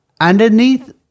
Underneath